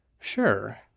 Sure